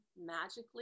magically